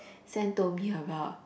Sam told me about